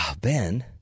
Ben